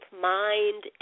mind